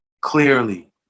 clearly